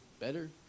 better